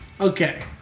Okay